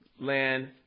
land